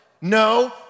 No